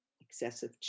excessive